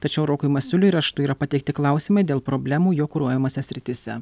tačiau rokui masiuliui raštu yra pateikti klausimai dėl problemų jo kuruojamose srityse